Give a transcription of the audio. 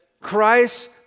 Christ